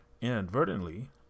Inadvertently